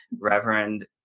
Reverend